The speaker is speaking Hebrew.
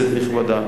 כנסת נכבדה,